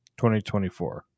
2024